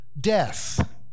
death